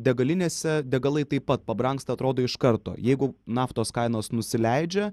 degalinėse degalai taip pat pabrangsta atrodo iš karto jeigu naftos kainos nusileidžia